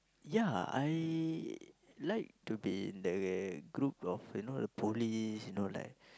yeah I like to be in the group of you know the police you know like